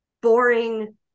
boring